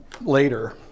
later